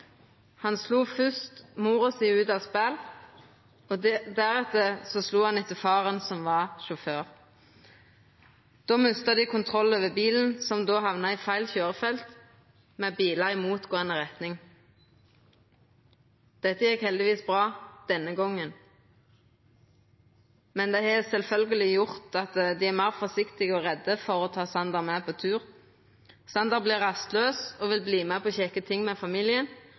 Han slo først mor si og sette henne ut av spel, og deretter slo han etter faren, som var sjåfør. Då mista dei kontroll over bilen, som hamna i feil køyrefelt med bilar i motgåande retning. Dette gjekk heldigvis bra – denne gongen. Men det har sjølvsagt gjort at dei er meir forsiktige og redde for å ta Sander med på tur. Sander vert rastlaus og vil vera med på kjekke ting med familien,